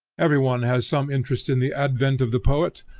every one has some interest in the advent of the poet,